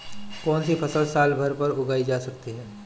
कौनसी फसल साल भर उगाई जा सकती है?